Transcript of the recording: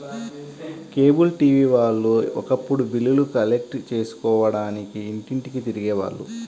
cable TV వాళ్ళు ఒకప్పుడు బిల్లులు కలెక్ట్ చేసుకోడానికి ఇంటింటికీ తిరిగే వాళ్ళు